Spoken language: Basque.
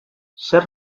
zer